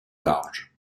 large